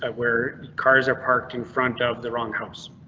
ah where cars are parked in front of the wrong house.